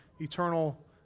eternal